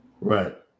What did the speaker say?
Right